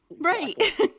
Right